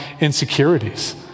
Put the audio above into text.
insecurities